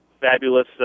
fabulous